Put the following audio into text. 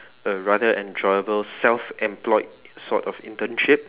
a rather enjoyable self employed sort of internship